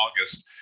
august